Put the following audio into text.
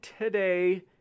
Today